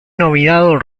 nominado